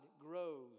grows